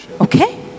okay